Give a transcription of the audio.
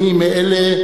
אני מאלה